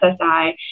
SSI